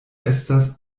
estas